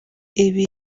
ibi